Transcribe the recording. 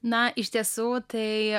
na iš tiesų tai